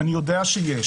אני יודע שיש.